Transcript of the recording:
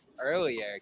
earlier